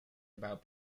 about